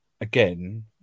again